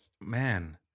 man